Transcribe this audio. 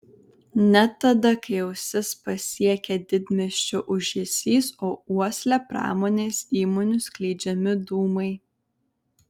net tada kai ausis pasiekia didmiesčio ūžesys o uoslę pramonės įmonių skleidžiami dūmai